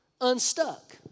unstuck